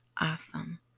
Awesome